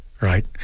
right